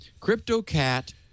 CryptoCat